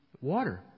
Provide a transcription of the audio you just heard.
water